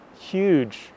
huge